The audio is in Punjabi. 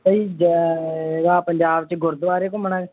ਭਾਅ ਜੀ ਜ ਜਾਂ ਪੰਜਾਬ 'ਚ ਗੁਰਦੁਆਰੇ ਘੁੰਮਣਾ